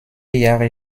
jahre